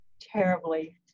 terribly